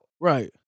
Right